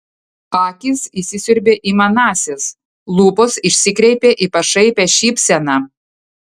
akys įsisiurbė į manąsias lūpos išsikreipė į pašaipią šypseną